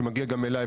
שמגיע גם אלי,